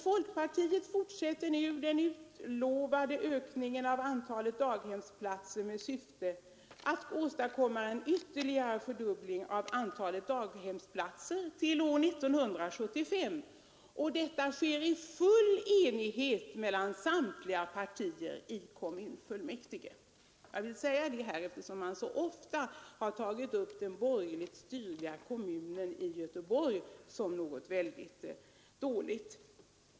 Folkpartiet fortsätter nu den utlovade ökningen av antalet daghemsplatser i syfte att åstadkomma ytterligare en fördubbling till år 1975. Detta sker i full enighet mellan samtliga partier i kommunfullmäktige. — Jag har velat säga detta eftersom man så ofta har anfört den borgerligt styrda kommunen Göteborg som väldigt dålig i detta avseende.